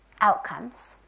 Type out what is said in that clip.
outcomes